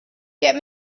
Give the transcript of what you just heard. get